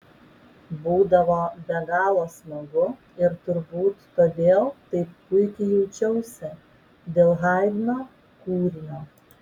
būdavo be galo smagu ir turbūt todėl taip puikiai jaučiausi dėl haidno kūrinio